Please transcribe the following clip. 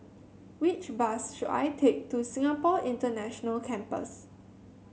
which bus should I take to Singapore International Campus